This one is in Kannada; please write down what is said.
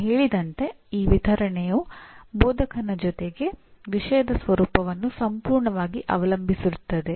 ನಾವು ಹೇಳಿದಂತೆ ಈ ವಿತರಣೆಯು ಬೋಧಕನ ಜೊತೆಗೆ ವಿಷಯದ ಸ್ವರೂಪವನ್ನು ಸಂಪೂರ್ಣವಾಗಿ ಅವಲಂಬಿಸಿರುತ್ತದೆ